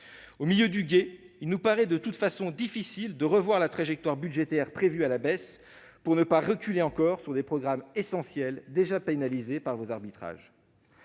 Au milieu du gué, il nous paraît de toute façon difficile de revoir à la baisse la trajectoire budgétaire prévue : il ne faudrait pas reculer encore au détriment de programmes essentiels déjà pénalisés par vos arbitrages.